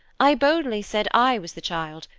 i boldly said i was the child,